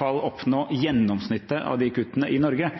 oppnå gjennomsnittet av de kuttene i Norge.